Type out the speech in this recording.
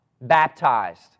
Baptized